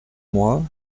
moi